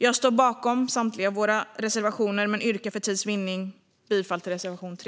Jag står bakom samtliga våra reservationer men yrkar för tids vinnande bifall enbart till reservation 3.